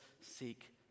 seek